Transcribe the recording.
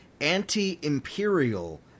anti-imperial